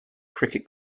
cricket